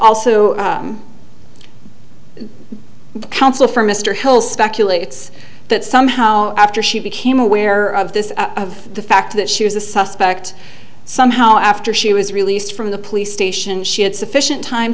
also the counsel for mr hill speculates that somehow after she became aware of this of the fact that she was a suspect somehow after she was released from the police station she had sufficient time